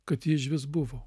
kad ji išvis buvo